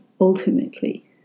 ultimately